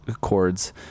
chords